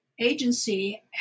agency